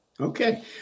Okay